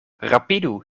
rapidu